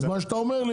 מה שאתה אומר,